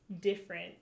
different